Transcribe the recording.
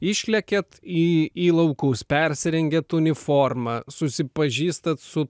išlekiat į į laukus persirengiat uniformą susipažįstat su